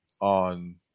on